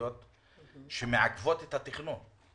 משפטיות שמעכבות את התכנון.